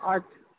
اچھا